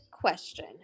question